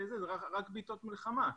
זה רק בעתות מלחמה.